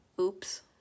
Oops